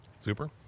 Super